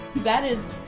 that is